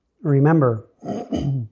Remember